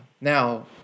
now